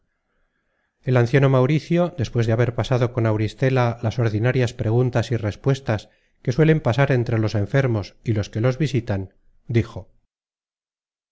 el anciano mauricio despues de haber pasado con auristela las ordinarias preguntas y respuestas que suelen pasar entre los enfermos y los que los visitan dijo